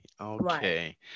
Okay